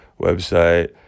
website